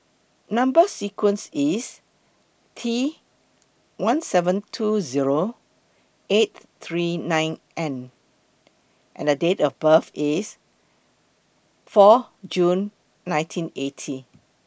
Number sequence IS T one seven two Zero eight three nine N and Date of birth IS four June nineteen eighty